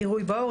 גירוי בעור,